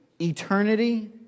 eternity